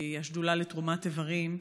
שהיא השדולה לתרומת איברים,